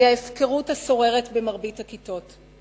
היא ההפקרות השוררת במרבית הכיתות.